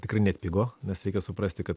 tikrai neatpigo nes reikia suprasti kad